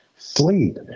Sleep